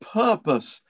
purpose